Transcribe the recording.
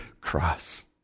cross